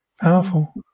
powerful